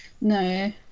No